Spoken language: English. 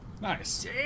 Nice